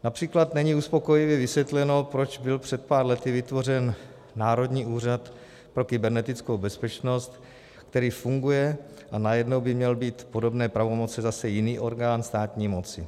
Například není uspokojivě vysvětleno, proč byl před pár lety vytvořen Národní úřad pro kybernetickou bezpečnost, který funguje, a najednou by měl mít podobné pravomoci zase jiný orgán státní moci.